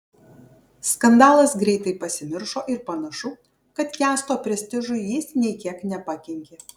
skandalas greitai pasimiršo ir panašu kad kęsto prestižui jis nė kiek nepakenkė